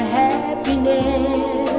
happiness